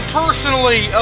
personally